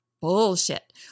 Bullshit